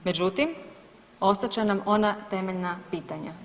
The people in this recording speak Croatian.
Međutim, ostat će nam ona temeljna pitanja.